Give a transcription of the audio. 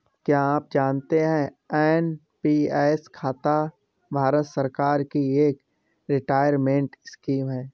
क्या आप जानते है एन.पी.एस खाता भारत सरकार की एक रिटायरमेंट स्कीम है?